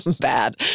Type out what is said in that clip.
bad